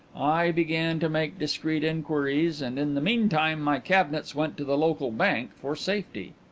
i began to make discreet inquiries and in the meantime my cabinets went to the local bank for safety.